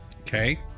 Okay